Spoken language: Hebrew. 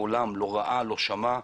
לא ראה, לא שמע,